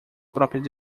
próprias